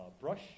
brush